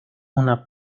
una